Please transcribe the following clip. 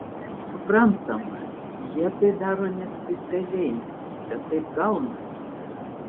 suprantama jie tai daro nespecialiai bet taip gaunasi